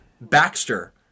Baxter